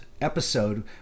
episode